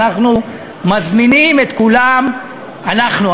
ואנחנו מזמינים את כולם, אנחנו?